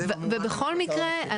ובכל מקרה,